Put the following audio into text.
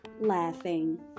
Laughing